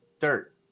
Dirt